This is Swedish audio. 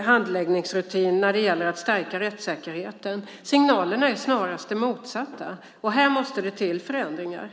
handläggningsrutin när det gäller att stärka rättssäkerheten. Signalerna är snarast de motsatta. Här måste det till förändringar.